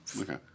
Okay